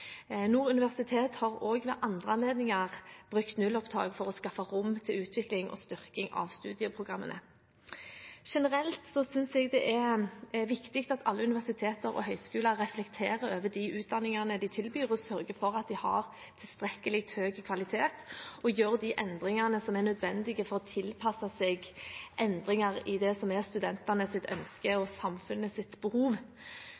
Nord universitet har også ved andre anledninger brukt nullopptak for å skaffe rom til utvikling og styrking av studieprogrammene. Generelt synes jeg det er viktig at alle universiteter og høyskoler reflekterer over de utdanningene de tilbyr, sørger for at de har tilstrekkelig høy kvalitet, og gjør de endringene som er nødvendig for å tilpasse seg endringer i det som er studentenes ønske